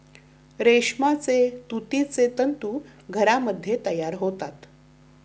रेशमाचे तुतीचे तंतू घरामध्ये तयार होतात